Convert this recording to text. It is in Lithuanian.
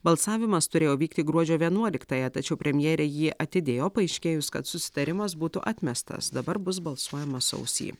balsavimas turėjo vykti gruodžio vienuoliktąją tačiau premjerė jį atidėjo paaiškėjus kad susitarimas būtų atmestas dabar bus balsuojama sausį